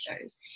shows